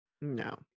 No